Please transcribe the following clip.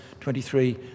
23